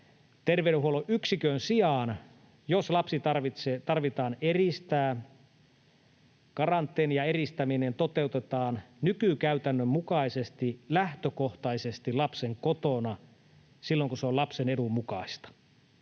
terveydenhuollon yksikön sijaan, jos lapsi tarvitsee eristää, karanteeni ja eristäminen toteutetaan nykykäytännön mukaisesti lähtökohtaisesti lapsen kotona silloin, kun se on lapsen edun mukaista.